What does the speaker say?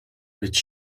być